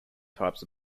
types